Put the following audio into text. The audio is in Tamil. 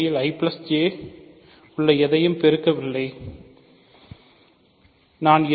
உண்மையில் I J உள்ளே எதையும் பெருக்க விரும்பவில்லை